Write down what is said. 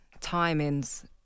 timings